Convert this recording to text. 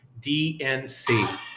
DNC